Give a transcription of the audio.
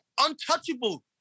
untouchable